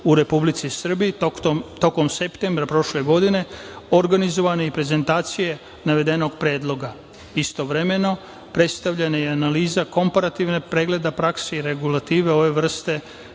U Republici Srbiji, tokom septembra prošle godine, organizovana je i prezentacija navedenog predloga. Istovremeno, predstavljena je analiza komparativnog pregleda prakse i regulativa ove vrste